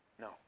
No